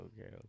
Okay